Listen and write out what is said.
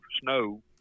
snow